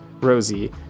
Rosie